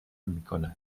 میکند